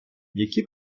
які